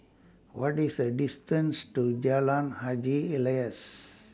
What IS The distance to Jalan Haji Alias